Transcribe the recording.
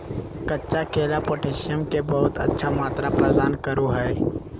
कच्चा केला पोटैशियम के बहुत अच्छा मात्रा प्रदान करो हइ